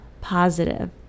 positive